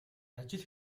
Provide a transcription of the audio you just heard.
ажил